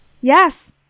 Yes